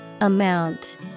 Amount